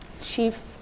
chief